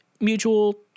mutual